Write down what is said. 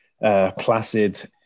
placid